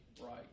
right